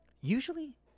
Usually